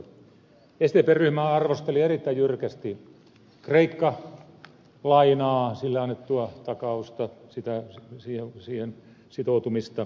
sdp ryhmä arvosteli erittäin jyrkästi kreikka lainaa sille annettua takausta siihen sitoutumista